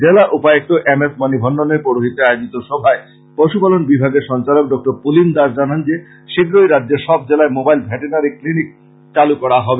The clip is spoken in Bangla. জেলা উপায়ুক্ত এম এস মণিভন্ননের পৌরহিত্যে আয়োজিত সভায় পশুপালন বিভাগের সঞ্চালক ডক্টর পুলিন দাস জানান যে শীঘ্রই রাজ্যের সব জেলায় মোবাইল ভেটেনারী ক্লিনিক চালু করা হবে